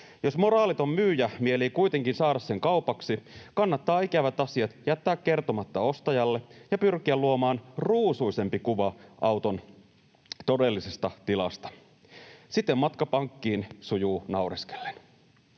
Jos moraaliton myyjä mielii kuitenkin saada sen kaupaksi, kannattaa ikävät asiat jättää kertomatta ostajalle ja pyrkiä luomaan ruusuisempi kuva auton todellisesta tilasta. Sitten matka pankkiin sujuu naureskellen.